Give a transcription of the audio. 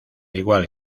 igual